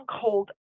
called